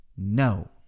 No